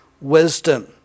wisdom